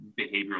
behavioral